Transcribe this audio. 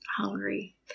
hungry